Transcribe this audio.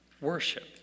worship